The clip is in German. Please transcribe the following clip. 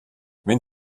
wenn